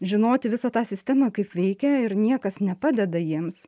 žinoti visą tą sistemą kaip veikia ir niekas nepadeda jiems